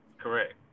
correct